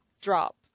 drop